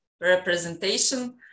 representation